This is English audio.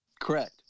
Correct